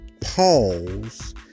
pause